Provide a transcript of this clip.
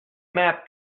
map